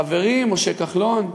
חברי משה כחלון: